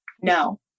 no